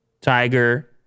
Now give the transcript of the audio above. tiger